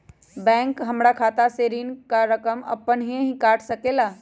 Bank हमार खाता से ऋण का रकम अपन हीं काट ले सकेला?